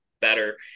better